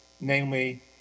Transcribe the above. namely